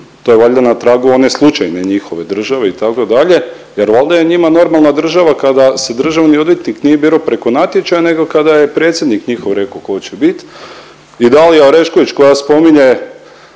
To je valjda na tragu one slučajne njihove države itd. jer ovdje je njima normalna država kada se državni odvjetnik nije birao preko natječaja nego kada je predsjednik njihov rekao tko će biti i Dalija Orešković koja spominje